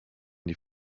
die